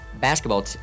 basketball